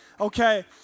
Okay